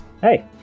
Hey